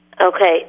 Okay